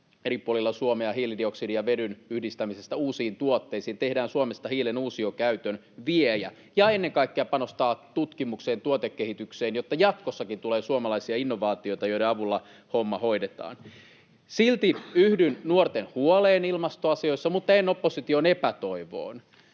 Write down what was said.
eri puolilla Suomea hiilidioksidin ja vedyn yhdistämisestä uusiin tuotteisiin. Tehdään Suomesta hiilen uusiokäytön viejä. Ja ennen kaikkea panostetaan tutkimukseen ja tuotekehitykseen, jotta jatkossakin tulee suomalaisia innovaatioita, joiden avulla homma hoidetaan. Silti yhdyn nuorten huoleen ilmastoasioissa, mutta en opposition epätoivoon.